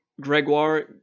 Gregoire